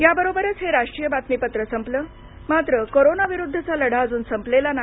याबरोबरच हे राष्ट्रीय बातमीपत्र संपलं मात्र कोरोनाविरुद्धचा लढा अजूनही संपलेला नाही